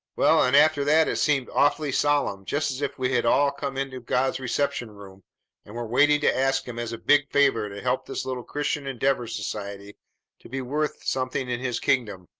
well, and after that it seemed awfully solemn, just as if we had all come into god's reception-room and were waiting to ask him as a big favor to help this little christian endeavor society to be worth something in his kingdom.